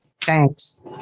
Thanks